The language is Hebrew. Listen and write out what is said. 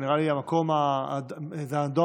נראה לי שזה הדואר